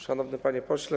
Szanowny Panie Pośle!